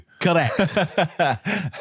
Correct